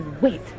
wait